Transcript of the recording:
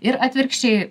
ir atvirkščiai